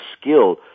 skill